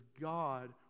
god